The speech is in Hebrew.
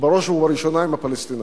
ובראש ובראשונה עם הפלסטינים.